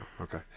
Okay